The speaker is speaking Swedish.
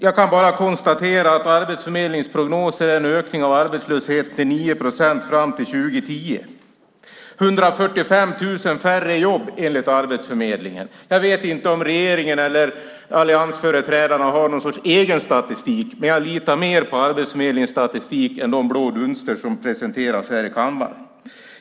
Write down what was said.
Jag kan bara konstatera att Arbetsförmedlingens prognos visar en ökning av arbetslösheten till 9 procent fram till 2010. Det är 145 000 färre jobb, enligt Arbetsförmedlingen. Jag vet inte om regeringen eller alliansföreträdarna har någon egen statistik, men jag litar mer på Arbetsförmedlingens statistik än de blå dunster som presenteras här i kammaren.